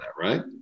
right